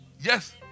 Yes